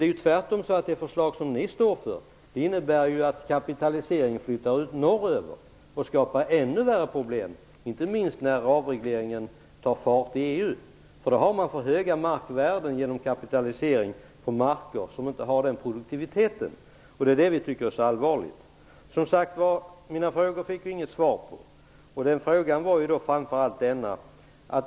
Det är tvärtom så att det förslag som ni står för innebär att kapitaliseringen flyttar norröver och skapar ännu värre problem, inte minst när avregleringen tar fart i EU. Då har man för höga markvärden genom kapitalisering av den mark som inte har den här produktiviteten. Det tycker vi är mycket allvarligt. Jag fick som sagt var inget svar på mina frågor. Det gällde framför allt en fråga.